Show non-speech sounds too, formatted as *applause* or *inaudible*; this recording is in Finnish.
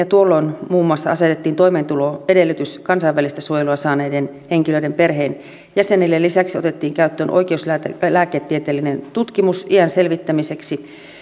*unintelligible* tuolloin muun muassa asetettiin toimeentuloedellytys kansainvälistä suojelua saaneiden henkilöiden perheenjäsenille lisäksi otettiin käyttöön oikeuslääketieteellinen tutkimus iän selvittämiseksi